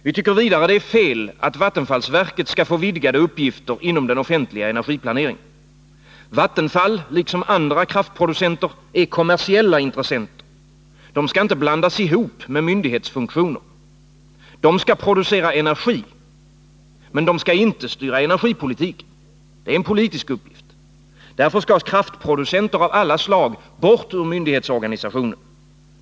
Vi tycker vidare att det är fel att vattenfallsverket skall få vidgade uppgifter inom den offentliga energiplaneringen. Vattenfall, liksom andra kraftproducenter, är en kommersiell intressent. De skall inte blandas ihop med myndighetsfunktioner. De skall producera energi. Men de skall inte styra energipolitiken. Det är en politisk uppgift. Därför skall kraftproducenter av alla slag bort ur myndighetsorganisationen.